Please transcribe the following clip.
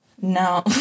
No